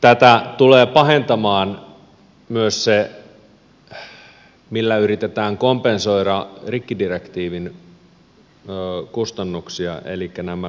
tätä tulee pahentamaan myös se millä yritetään kompensoida rikkidirektiivin kustannuksia elikkä nämä mitat ja massat